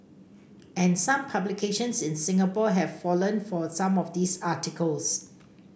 and some publications in Singapore have fallen for some of these articles